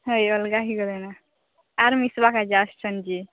ହେଇ ଅଲଗା ହୋଇ ଗଲେଣି ଆଉ ମିଶିବା ଆସିଛନ୍ତି ଯେ